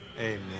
Amen